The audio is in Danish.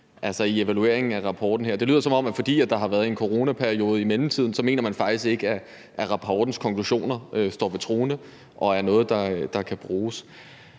altså i evalueringen af rapporten her. Det lyder, som om man, fordi der har været en coronaperiode i mellemtiden, så faktisk ikke mener, at rapportens konklusioner står til troende og er noget, der kan bruges.